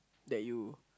that you